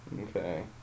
Okay